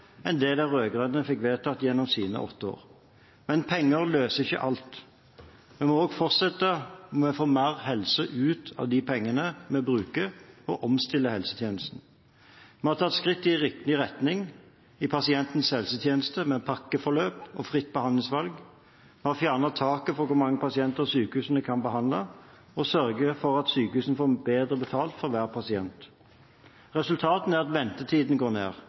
enn det de rød-grønne fikk vedtatt gjennom sine åtte år. Men penger løser ikke alt. Vi må også fortsette med å få mer helse ut av de pengene vi bruker, og omstille helsetjenesten. Vi har tatt skritt i riktig retning i pasientens helsetjeneste med pakkeforløp og fritt behandlingsvalg. Vi har fjernet taket for hvor mange pasienter sykehusene kan behandle, og sørget for at sykehusene får bedre betalt for hver pasient. Resultatet er at ventetiden går ned